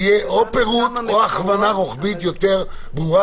שיהיו פירוט או הכוונה רוחבית יותר ברורה,